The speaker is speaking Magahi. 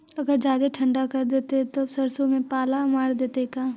अगर जादे ठंडा कर देतै तब सरसों में पाला मार देतै का?